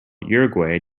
uruguay